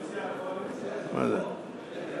הצעת הוועדה המסדרת לבחור את חברי הכנסת אופיר